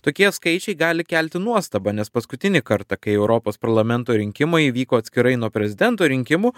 tokie skaičiai gali kelti nuostabą nes paskutinį kartą kai europos parlamento rinkimai vyko atskirai nuo prezidento rinkimų